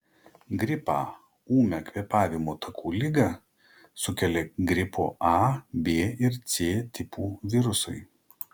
gripą ūmią kvėpavimo takų ligą sukelia gripo a b ir c tipų virusai